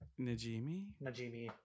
Najimi